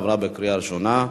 לוועדת החוץ והביטחון נתקבלה.